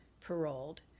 paroled